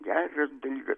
geras dalykas